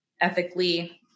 ethically